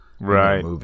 Right